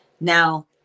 Now